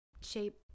shape